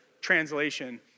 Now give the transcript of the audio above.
translation